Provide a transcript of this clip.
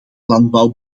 landbouw